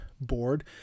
board